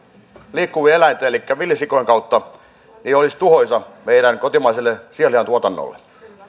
liikkuvien eläinten elikkä villisikojen kautta olisi tuhoisaa meidän kotimaiselle sianlihantuotannolle